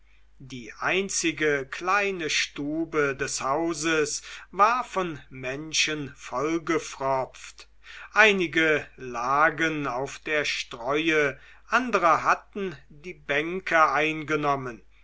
die einzige kleine stube des hauses war von menschen vollgepfropft einige lagen auf der streue andere hatten die bänke eingenommen